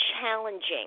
challenging